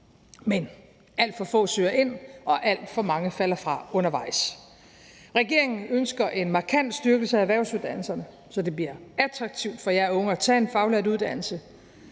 Men alt for få søger ind, og alt for mange falder fra undervejs. Regeringen ønsker en markant styrkelse af erhvervsuddannelserne, så det bliver attraktivt for jer unge at tage en faglært uddannelse.